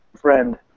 friend